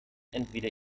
entweder